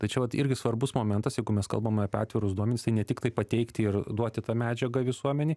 tai čia vat irgi svarbus momentas jeigu mes kalbame apie atvirus duomenis tai ne tiktai pateikti ir duoti tą medžiagą visuomenei